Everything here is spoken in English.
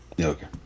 Okay